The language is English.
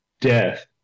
death